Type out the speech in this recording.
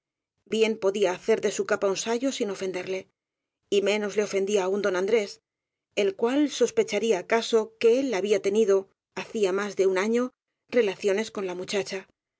bien podía hacer de su capa un sayo sin ofenderle y menos le ofendía aún don andrés el cual sospecharía acaso que él había tenido hacía más de un año relaciones con la muchacha